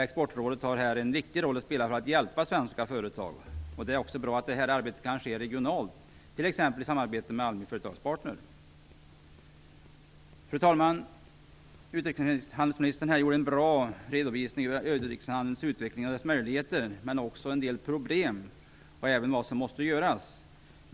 Exportrådet har här en viktig roll att spela för att hjälpa svenska företag. Det är också bra att det här arbetet kan ske regionalt, t.ex. i samarbete med Fru talman! Utrikeshandelsministern gjorde en bra redovisning av utrikeshandelns utveckling och dess möjligheter men också av en del av dess problem och vad som måste göras.